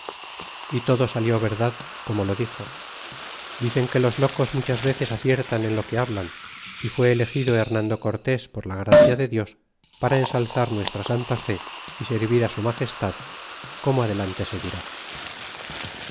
y todo salió verdad como lo dixo dicen que los locos muchas veces aciertan en lo que hablan y fué elegido hernando cortés por la gracia de dios para ensalzar nuestra santa fe y servir á su magestad como adelante se dirá